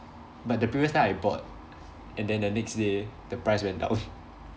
but the previous time I bought and then the next day the price went down